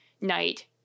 night